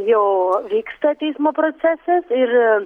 jau vyksta teismo procesas ir